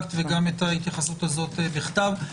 שהצגת וגם את ההתייחסות הזאת בכתב.